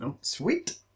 Sweet